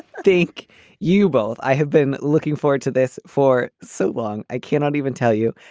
think you both i have been looking forward to this for so long. i cannot even tell you.